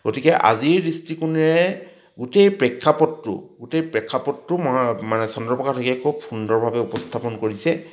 গতিকে আজিৰ দৃষ্টিকোণেৰে গোটেই প্ৰেক্ষাপটটো গোটেই প্ৰেক্ষাপটটো মানে চন্দ্ৰপ্ৰসাদ শইকীয়াই খুব সুন্দৰভাৱে উপস্থাপন কৰিছে